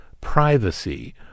privacy